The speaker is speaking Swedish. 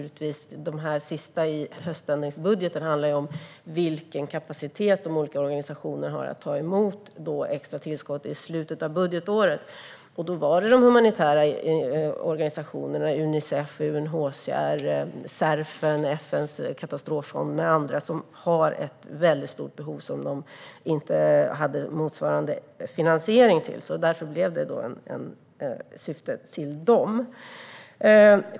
I höständringsbudgeten handlar det ju om vilken kapacitet de olika organisationerna har att ta emot extra tillskott i slutet av budgetåret. De humanitära organisationerna, Unicef, UNHCR, FN:s katastroffond Cerf och andra hade ett väldigt stort behov som de inte hade motsvarande finansiering till. Därför blev det en satsning på dem.